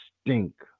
stink